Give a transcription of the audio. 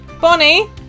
Bonnie